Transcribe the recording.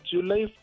July